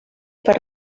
per